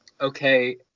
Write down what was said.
okay